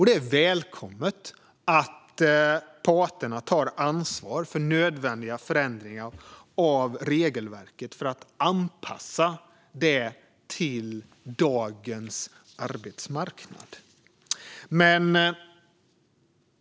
Det är välkommet att parterna tar ansvar för nödvändiga förändringar av regelverket för att anpassa det till dagens arbetsmarknad.